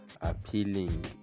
appealing